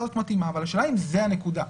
מתאימה אבל השאלה אם זאת הנקודה.